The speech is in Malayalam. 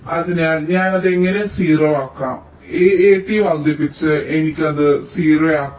അതിനാൽ ഞാൻ അത് എങ്ങനെ 0 ആക്കാം AAT വർദ്ധിപ്പിച്ച് എനിക്ക് അത് 0 ആക്കാം